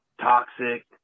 toxic